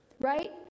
Right